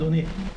אדוני.